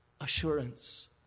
assurance